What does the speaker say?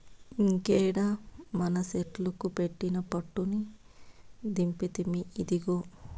ఇంకేడ మనసెట్లుకు పెట్టిన పట్టుని దింపితిమి, ఇదిగో